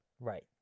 right